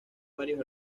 varios